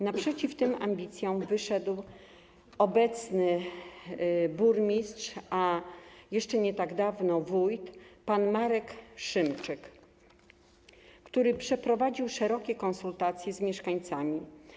Naprzeciw tym ambicjom wyszedł obecny burmistrz, a jeszcze nie tak dawno wójt, pan Marek Szymczyk, który przeprowadził szerokie konsultacje z mieszkańcami.